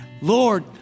Lord